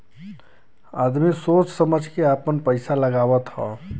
आदमी सोच समझ के आपन पइसा लगावत हौ